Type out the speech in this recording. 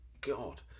god